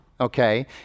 okay